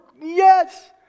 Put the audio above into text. yes